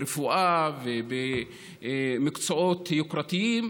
ברפואה ובמקצועות יוקרתיים,